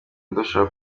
ndushaho